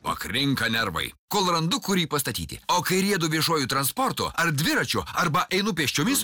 pakrinka nervai kol randu kur jį pastatyti o kai riedu viešuoju transportu ar dviračiu arba einu pėsčiomis